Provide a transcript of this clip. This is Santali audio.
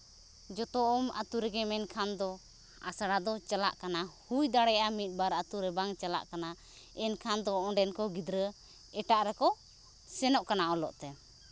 ᱡᱚᱛᱚ ᱟᱹᱛᱩ ᱨᱮᱜᱮ ᱢᱮᱱᱠᱷᱟᱱ ᱫᱚ ᱟᱥᱲᱟ ᱫᱚ ᱪᱟᱞᱟᱜ ᱠᱟᱱᱟ ᱦᱩᱭ ᱫᱟᱲᱮᱭᱟᱜᱼᱟ ᱢᱤᱫ ᱵᱟᱨ ᱟᱹᱛᱩ ᱨᱮ ᱵᱟᱝ ᱪᱟᱞᱟᱜ ᱠᱟᱱᱟ ᱮᱱᱠᱷᱟᱱ ᱫᱚ ᱚᱸᱰᱮᱱ ᱠᱚ ᱜᱤᱫᱽᱨᱟᱹ ᱮᱴᱟᱜ ᱨᱮᱠᱚ ᱥᱮᱱᱚᱜ ᱠᱟᱱᱟ ᱚᱞᱚᱜ ᱛᱮ